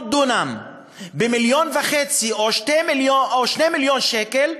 דונם במיליון וחצי שקל או ב-2 מיליון שקל,